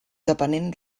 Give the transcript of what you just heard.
depenent